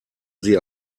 sie